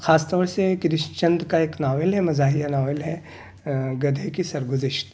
خاص طور سے کرشن چندر کا ایک ناول ہے مزاحیہ ناول ہے گدھے کی سرگزشت